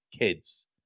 kids